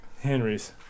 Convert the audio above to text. Henry's